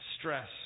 stress